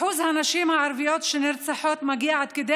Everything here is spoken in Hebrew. שיעור הנשים הערביות שנרצחות מגיע עד לכדי